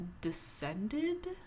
descended